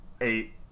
eight